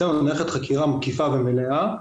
אצלנו זו מערכת חקירה מקיפה ומלאה,